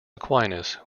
aquinas